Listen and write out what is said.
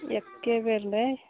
एक्के बेर नहि